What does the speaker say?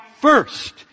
first